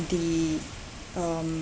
the um